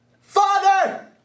Father